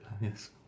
Yes